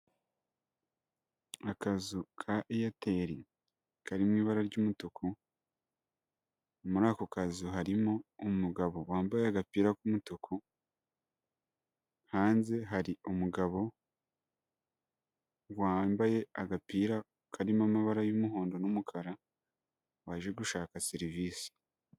Akazu ka Airtel kari mu ibara ry'umutuku, muri ako kazu harimo umugabo wambaye agapira k'umutuku, hanze hari umugabo wambaye agapira karimo amabara y'umuhondo n'umukara, waje gushaka serivisi.